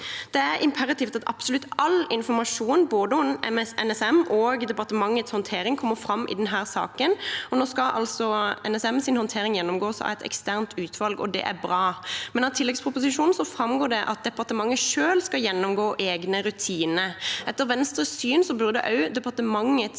Det er imperativt at absolutt all informasjon om både NSM og departementets håndtering kommer fram i denne saken. Nå skal NSMs håndtering gjennomgås av et eksternt utvalg, og det er bra, men av tilleggsproposisjonen framgår det at departementet selv skal gjennomgå egne rutiner. Etter Venstres syn burde også departementets